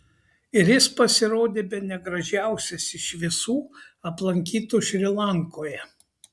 ir jis pasirodė bene gražiausias iš visų aplankytų šri lankoje